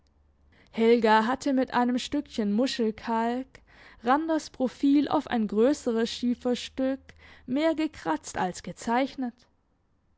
helga hatte mit einem stückchen muschelkalk randers profil auf ein grösseres schieferstück mehr gekratzt als gezeichnet